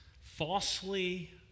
falsely